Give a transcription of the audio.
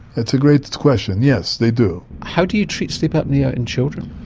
that's a great question, yes, they do. how do you treat sleep apnoea in children?